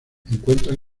encuentran